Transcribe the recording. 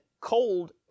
cold